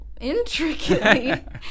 intricately